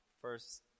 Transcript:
first